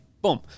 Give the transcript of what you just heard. boom